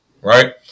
right